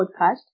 podcast